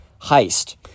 heist